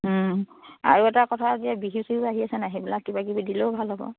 আৰু এটা কথা যে বিহু চিহু আহিছে নাই সেইবিলাক কিবা কিবি দিলেও ভাল হ'ব